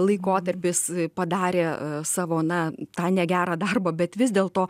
laikotarpis padarė savo na tą negerą darbą bet vis dėlto